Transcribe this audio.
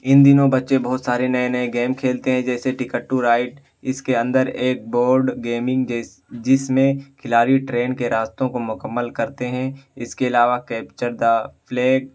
ان دنوں بچے بہت سارے نئے نئے گیم کھیلتے ہیں جیسے ٹکٹ ٹو رائٹ اس کے ایک بورڈ گیمنگ جس میں کھلاری ٹرین کے راستوں کو مکمّل کرتے ہیں اس کے علاوہ کیپچر دا فلیگ